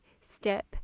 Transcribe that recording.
step